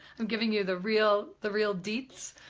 i'm giving you the real. the real deets.